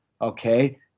okay